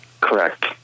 Correct